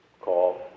call